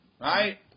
Right